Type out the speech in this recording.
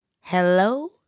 Hello